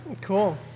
Cool